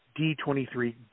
D23